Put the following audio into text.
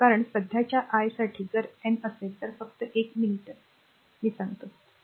कारण सध्याच्या i साठी जर n असेल तर फक्त एक मिनिट मी ते तयार करीन